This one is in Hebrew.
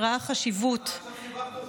שראה חשיבות,